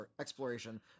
exploration